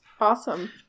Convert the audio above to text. awesome